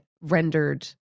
rendered